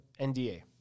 NDA